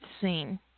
scene